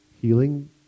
healing